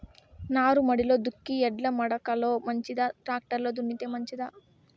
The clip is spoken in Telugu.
నారుమడిలో దుక్కి ఎడ్ల మడక లో మంచిదా, టాక్టర్ లో దున్నితే మంచిదా?